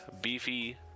beefy